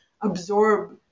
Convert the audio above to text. absorb